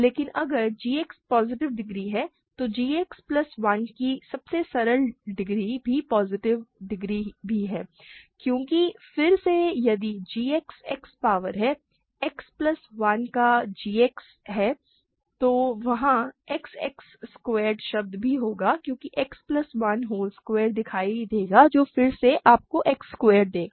लेकिन अगर g X positive degree है तो g X प्लस 1 की सबसे सरल डिग्री भी पॉजिटिव डिग्री भी है क्योंकि फिर से यदि g X X पावर है X प्लस 1 का X g है तो वहां X X स्क्वॉएड शब्द भी होगा क्योंकि X प्लस 1 होल स्क्वायर दिखाई देगा और फिर वह आपको X स्क्वैरेड देगा